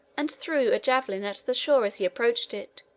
and threw a javelin at the shore as he approached it,